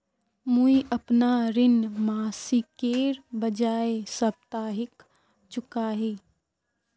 मुईअपना ऋण मासिकेर बजाय साप्ताहिक चुका ही